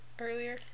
earlier